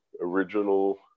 original